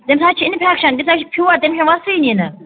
تٔمِس حظ چھِ اِنفٮ۪کشَن تٔمِس حظ چھِ فِوَر تٔمِس چھُنہٕ وَسانٕے نہٕ